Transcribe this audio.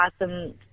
awesome